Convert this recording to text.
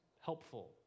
helpful